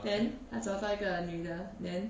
then 他找到一个女的 then